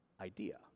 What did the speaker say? idea